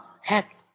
Heck